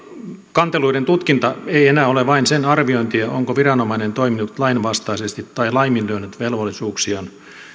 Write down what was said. kanteluiden tutkinta ei enää ole vain sen arviointia onko viranomainen toiminut lainvastaisesti tai laiminlyönyt velvollisuuksiaan